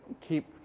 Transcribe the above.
keep